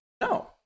No